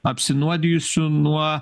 apsinuodijusių nuo